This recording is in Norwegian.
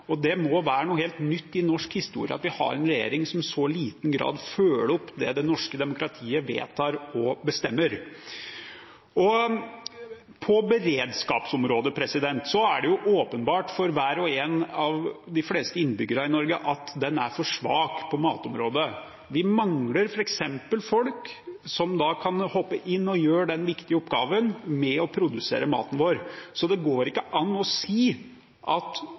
Det må være noe helt nytt i norsk historie at vi har en regjering som i så liten grad følger opp det som det norske demokratiet vedtar og bestemmer. På beredskapsområdet er det åpenbart for hver og en og de fleste innbyggere i Norge at meldingen er for svak på matområdet. Vi mangler f.eks. folk som kan hoppe inn og gjøre den viktige oppgaven med å produsere maten vår. Så det går ikke an å si at